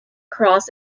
cross